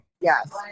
Yes